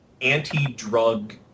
anti-drug